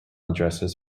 addresses